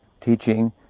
teaching